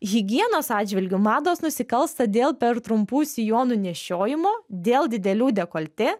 higienos atžvilgiu mados nusikalsta dėl per trumpų sijonų nešiojimo dėl didelių dekoltė